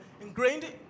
ingrained